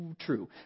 true